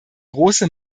große